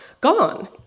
gone